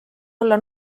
olla